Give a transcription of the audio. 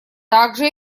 также